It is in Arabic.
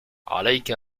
عليك